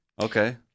Okay